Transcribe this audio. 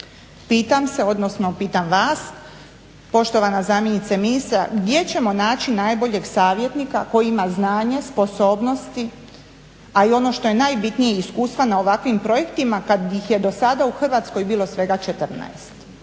Pitam se, odnosno pitam vas, poštovana zamjenice ministra gdje ćemo naći najboljeg savjetnika koji ima znanje, sposobnosti. A i ono što je najbitnije iskustva na ovakvim projektima kakvih je do sada u Hrvatskoj bilo svega 14.